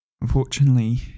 unfortunately